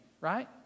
Right